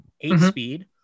eight-speed